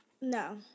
No